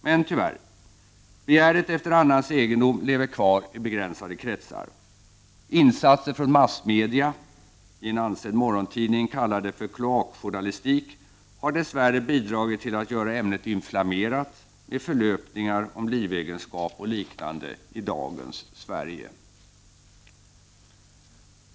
Men tyvärr lever begäret efter annans egendom kvar i begränsade kretsar. Insatser från massmedia — i en ansedd morgontidning kallade för kloakjournalistik — har dess värre bidragit till att göra ämnet inflammerat med förlöpningar om livegenskap och liknande i dagens Sverige.